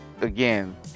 again